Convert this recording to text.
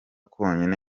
konyine